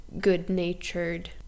good-natured